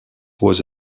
was